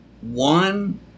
one